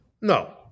No